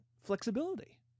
flexibility